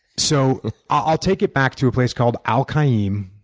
so i'll take it back to a place called al-qa'im,